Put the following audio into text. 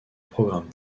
programme